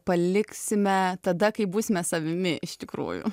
paliksime tada kai būsime savimi iš tikrųjų